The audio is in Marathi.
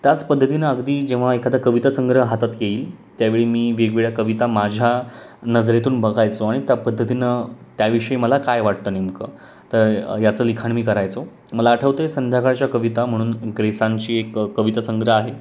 त्याच पद्धतीनं अगदी जेव्हा एखादा कवितासंग्रह हातात येईल त्यावेळी मी वेगवेगळ्या कविता माझ्या नजरेतून बघायचो आणि त्या पद्धतीनं त्याविषयी मला काय वाटतं नेमकं तर याचं लिखाण मी करायचो मला आठवतं आहे संध्याकाळच्या कविता म्हणून ग्रेसांची एक कवितासंग्रह आहे